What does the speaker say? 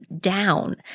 down